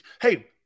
hey